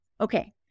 Okay